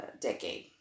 decade